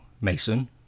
Mason